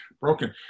broken